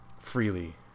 freely